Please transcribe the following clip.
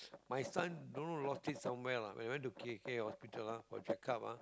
my son don't know lost it somewhere lah when went to K_K-Hospital ah for checkup ah